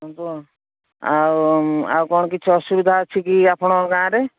କିନ୍ତୁ ଆଉ ଆଉ କ'ଣ କିଛି ଅସୁବିଧା ଅଛି କି ଆପଣଙ୍କ ଗାଁରେ